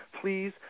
please